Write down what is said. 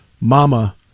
Mama